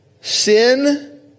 Sin